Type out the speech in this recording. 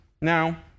Now